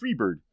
Freebird